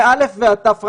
מ-א' עד ת',